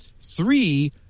Three